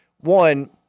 One